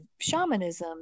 shamanism